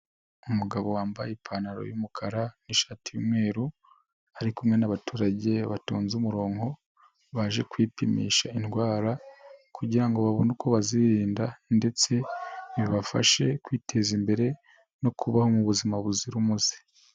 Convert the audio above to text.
Umugabo wambaye ipantaro y'umukara ni'shati y'umweru, arikurebana n'abaturage batonze umurongo, baje kwipimisha indwara kugira ngo babone uko bazirinda ndetse bibafashe kwiteza imbere no kubaho mu buzima buzira umuze.